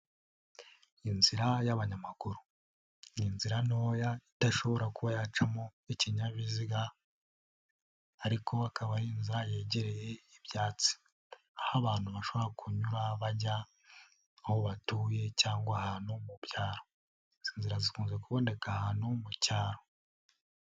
Inzira y'abanyamaguru, ni inzira ntoya idashobora kuba yacamo ikinyabiziga ariko akaba ari inzira yegereye ibyatsi aho abantu bashobora kunyura bajya aho batuye cyangwa ahantu mu byaro. Izi nzira zikunze kuboneka ahantu mu cyaro.